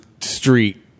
street